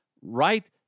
right